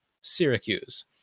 Syracuse